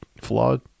flawed